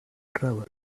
travel